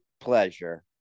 pleasure